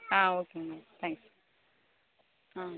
ah okay madam thanks ah